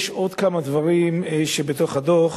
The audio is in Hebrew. יש עוד כמה דברים בתוך הדוח